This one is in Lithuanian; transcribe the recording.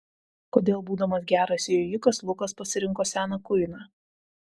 kodėl būdamas geras jojikas lukas pasirinko seną kuiną